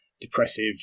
depressive